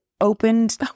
opened